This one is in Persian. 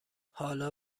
حالا